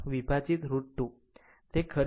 8 વિભાજિત √ 2 છે